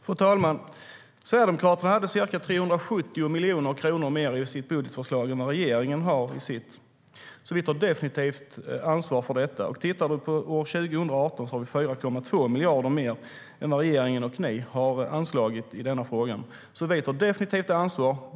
Fru talman! Sverigedemokraterna hade ca 370 miljoner kronor mer i sitt budgetförslag än vad regeringen hade i sitt, så vi tar definitivt ansvar. För år 2018 har vi 4,2 miljarder mer än vad regeringen har anslagit i denna fråga. Vi tar definitivt ansvar.